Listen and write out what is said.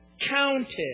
counted